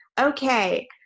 Okay